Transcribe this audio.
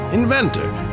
inventor